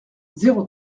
zéro